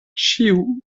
ĉiu